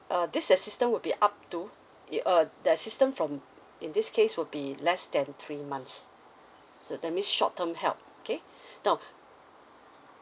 uh this assistance would be up to it uh the assistance from in this case will be less than three months so that means short term help okay now